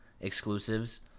exclusives